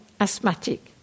asthmatic